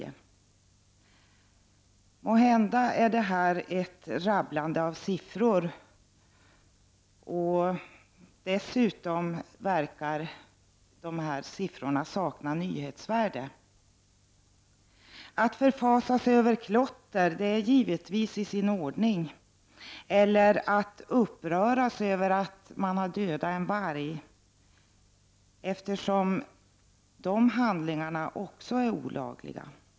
Måhända är detta ett rabblande av siffror som dessutom verkar sakna nyhetsvärde. Att förfasa sig över klotter är givetvis i sin ordning, liksom att uppröras över att någon har dödat en varg, eftersom dessa handlingar också är olagliga.